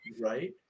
Right